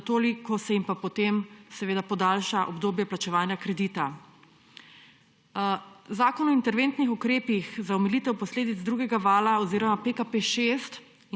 za toliko se jim pa potem seveda podaljša obdobje plačevanja kredita. Zakon o interventnih ukrepih za omilitev posledic drugega vala oziroma PKP6